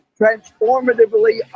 transformatively